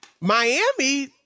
Miami